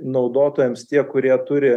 naudotojams tie kurie turi